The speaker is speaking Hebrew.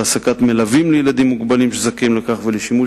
להעסקת מלווים לילדים מוגבלים שזכאים לכך ולשימוש